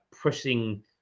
pushing